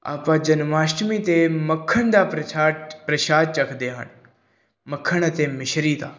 ਆਪਾਂ ਜਨਮਆਸ਼ਟਮੀ 'ਤੇ ਮੱਖਣ ਦਾ ਪ੍ਰਸ਼ਾਦ ਪ੍ਰਸ਼ਾਦ ਚੱਖਦੇ ਹਨ ਮੱਖਣ ਅਤੇ ਮਿਸ਼ਰੀ ਦਾ